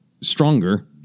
stronger